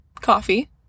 coffee